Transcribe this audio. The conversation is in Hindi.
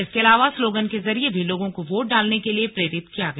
इसके अलावा स्लोगन के जरिए भी लोगों को वोट डालने के लिए प्रेरित किया गया